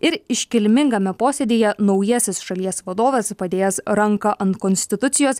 ir iškilmingame posėdyje naujasis šalies vadovas padėjęs ranką ant konstitucijos